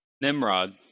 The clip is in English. Nimrod